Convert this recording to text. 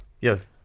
Yes